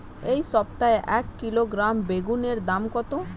এই সপ্তাহে এক কিলোগ্রাম বেগুন এর দাম কত?